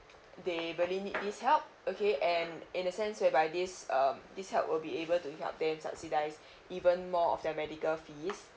they very need this help okay and in the sense whereby this um this help will be able to help them subsidise even more of their medical fees